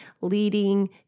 leading